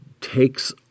takes